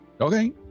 Okay